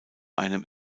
einem